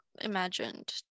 imagined